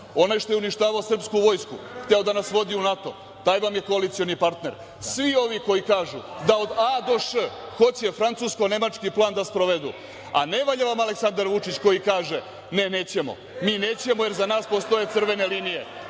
onaj što je uništavao srpsku vojsku, hteo da nas vodi u NATO, taj vam je koalicioni partner, svi ovi koji kažu da od a do š hoće francusko-nemački plan da sprovedu, a ne valja vam Aleksandar Vučić koji kaže – ne nećemo, mi nećemo jer za nas postoje crvene linije.